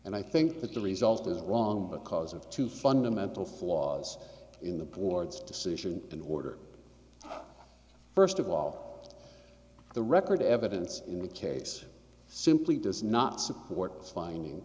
and i think that the result is wrong because of two fundamental flaws in the board's decision in order first of all the record evidence in the case simply does not support the finding